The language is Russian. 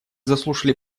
заслушали